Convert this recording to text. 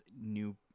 new